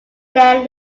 there